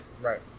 Right